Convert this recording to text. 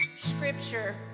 scripture